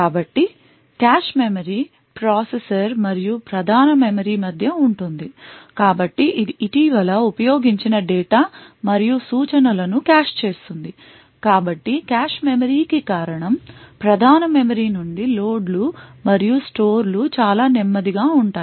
కాబట్టి cache memory processor మరియు ప్రధాన మెమరీ మధ్య ఉంటుంది కాబట్టి ఇది ఇటీవల ఉపయోగించిన డేటా మరియు సూచనల ను క్యాష్ చేస్తుంది కాబట్టి కాష్ మెమరీ కి కారణం ప్రధాన మెమరీ నుండి లోడ్లు మరియు స్టోర్లు చాలా నెమ్మదిగా ఉంటాయి